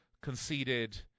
conceded